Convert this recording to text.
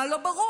מה לא ברור?